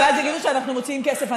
אבל אל תגידו שאנחנו מוציאים כסף,